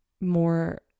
more